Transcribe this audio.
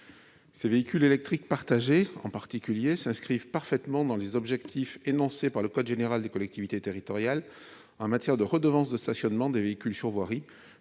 Ces véhicules électriques partagés répondent parfaitement aux objectifs énoncés dans le code général des collectivités territoriales en matière de redevance de stationnement des véhicules sur voirie,